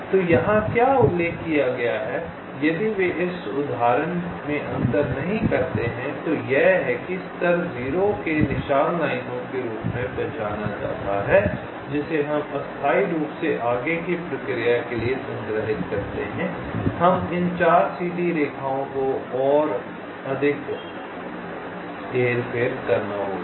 तो यहाँ क्या उल्लेख किया गया है यदि वे इस उदाहरण में अंतर नहीं करते हैं तो यह है कि स्तर 0 के निशान लाइनों के रूप में पहचाना जाता है जिसे हम अस्थायी रूप से आगे की प्रक्रिया के लिए संग्रहित करते हैं हमें इन 4 सीधी रेखाओं को और अधिक हेरफेर करना होगा